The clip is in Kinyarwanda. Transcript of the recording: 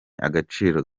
agaciro